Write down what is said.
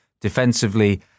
defensively